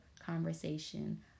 conversation